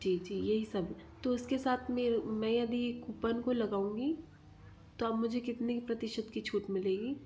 जी जी यही सब तो उसके साथ में यदि कूपन को लगाऊंगी तो आप मुझे कितनी प्रतिशत की छूट मिलेगी